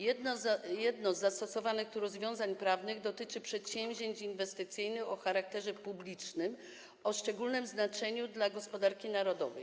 Jedno z zastosowanych tu rozwiązań prawnych dotyczy przedsięwzięć inwestycyjnych o charakterze publicznym, o szczególnym znaczeniu dla gospodarki narodowej.